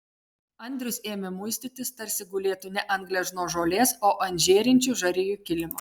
andrius ėmė muistytis tarsi gulėtų ne ant gležnos žolės o ant žėrinčių žarijų kilimo